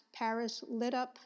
parislitup